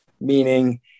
meaning